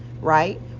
right